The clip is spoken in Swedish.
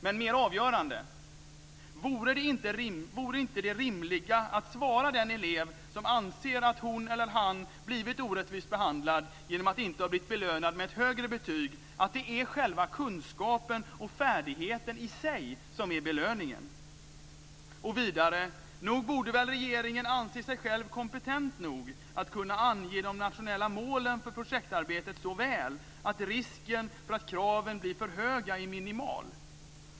Men mer avgörande: Vore inte det rimliga att svara den elev som anser att han eller hon blivit orättvist behandlad genom att inte ha blivit belönad med ett högre betyg att det är själva kunskapen och färdigheten i sig som är belöningen? Och vidare: Nog borde väl regeringen anse sig själv kompetent nog att kunna ange de nationella målen för projektarbetet så väl att risken för att kraven blir för höga är minimal?